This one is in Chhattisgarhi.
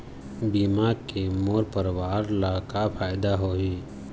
बीमा के मोर परवार ला का फायदा होही?